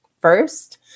first